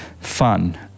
fun